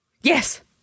Yes